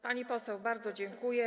Pani poseł, bardzo dziękuję.